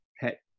pet